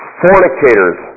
fornicators